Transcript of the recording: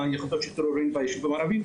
יחידות שיטור עירוני ביישובים ערביים,